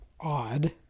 odd